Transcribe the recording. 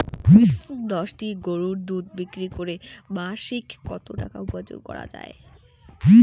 দশটি গরুর দুধ বিক্রি করে মাসিক কত টাকা উপার্জন করা য়ায়?